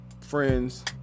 friends